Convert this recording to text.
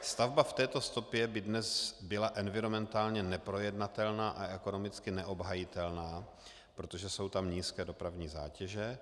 Stavba v této stopě by dnes byla environmentálně neprojednatelná a ekonomicky neobhajitelná, protože jsou tam nízké dopravní zátěže.